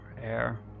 Air